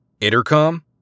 Intercom